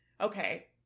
Okay